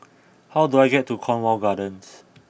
how do I get to Cornwall Gardens